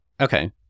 Okay